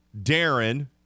darren